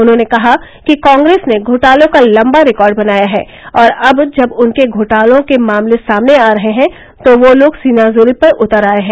उन्होंने कहा कि कॉग्रेस ने घोटालों का लम्बा रिकार्ड बनाया है और अब जब उनके घोटालों के मामले सामने आ रहे हैं तो वह लोग सीनाजोरी पर उतर आये हैं